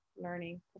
learning